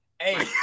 Hey